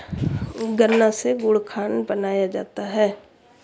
गन्ना से गुड़ खांड बनाया जाता है